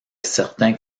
certains